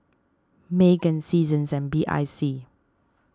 Megan Seasons and B I C